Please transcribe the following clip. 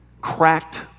cracked